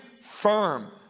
firm